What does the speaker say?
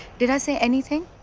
did i say anything?